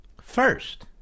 First